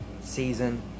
season